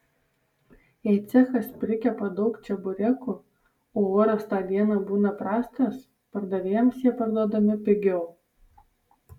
jei cechas prikepa daug čeburekų o oras tą dieną būna prastas pardavėjams jie parduodami pigiau